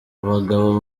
abagabo